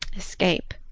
escape?